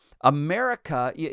America